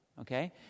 okay